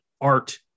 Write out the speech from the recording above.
art